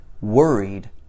worried